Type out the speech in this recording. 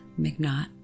McNaught